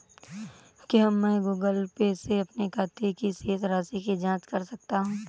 क्या मैं Google Pay से अपने खाते की शेष राशि की जाँच कर सकता हूँ?